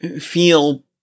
feel